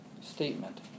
statement